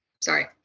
sorry